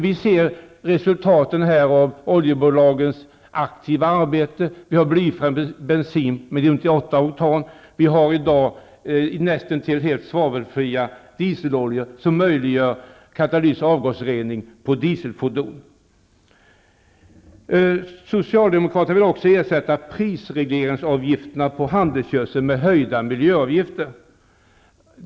Vi ser resultaten av oljebolagens aktiva arbete i form av blyfri bensin med 98 oktan och näst intill svavelfria dieseloljor, som möjliggör katalytisk avgasrening på dieselfordon. Socialdemokraterna vill ersätta prisregleringsavgifter på handelsgödsel med höjda miljöavgifter.